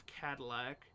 Cadillac